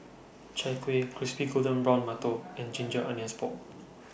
Chai Kueh Crispy Golden Brown mantou and Ginger Onions Pork